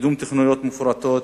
קידום תוכניות מפורטות,